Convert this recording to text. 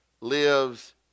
lives